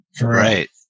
Right